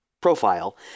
profile